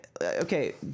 Okay